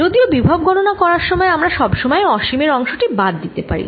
যদিও বিভব গণনা করার সময় আমরা সব সময়েই অসীম এর অংশ টি বাদ দিতে পারি